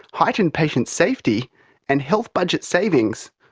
heightened patient safety and health budget savings,